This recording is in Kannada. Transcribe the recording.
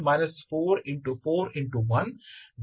414ಎಂದು ಆಗುತ್ತದೆ